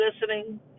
listening